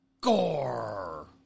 Gore